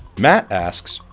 matt asks,